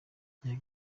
young